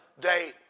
day